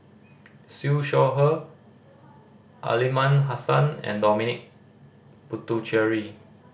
Siew Shaw Her Aliman Hassan and Dominic Puthucheary